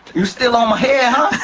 you still on my head, huh?